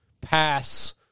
pass